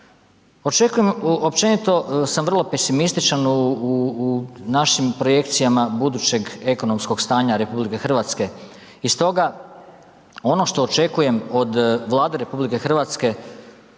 Očekujem, općenito sam vrlo pesimističan u, u, u našim projekcijama budućeg ekonomskog stanja RH. I stoga ono što očekujem od Vlade RH, ne vas